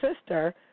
sister